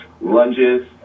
lunges